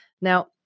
Now